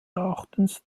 erachtens